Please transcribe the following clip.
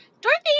Dorothy